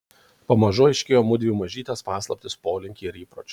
pamažu aiškėjo mudviejų mažytės paslaptys polinkiai ir įpročiai